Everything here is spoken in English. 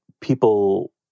people